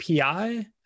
API